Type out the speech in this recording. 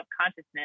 consciousness